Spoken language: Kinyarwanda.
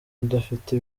udafite